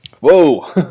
Whoa